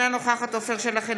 אינה נוכחת עפר שלח,